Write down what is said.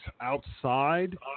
outside